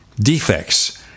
defects